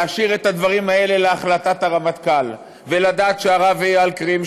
להשאיר את הדברים האלה להחלטת הרמטכ"ל ולדעת שהרב אייל קרים,